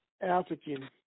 African